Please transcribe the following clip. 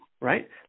right